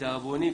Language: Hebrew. לדאבוני,